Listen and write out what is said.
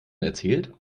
erzählt